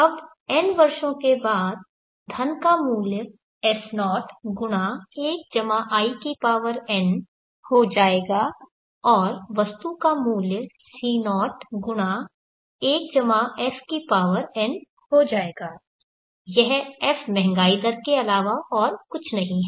अब n वर्षों के बाद धन का मूल्य S01 in हो जाता था और वस्तु का मूल्य C01 fn हो जाता था यह f महंगाई दर के अलावा और कुछ नहीं है